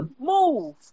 move